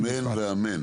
אמן ואמן.